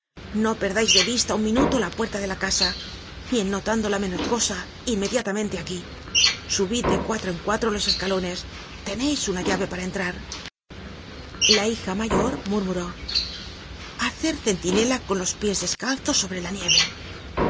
no perdais de vista un minuto la puerta de la casa y en notando la menor cosa inmediatamente aquí subid de cuatro en cuatro los escalones teneis una llave para entrar la hija mayor murmuró hacer centinela con los pies descalzos sobre la nieve